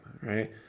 right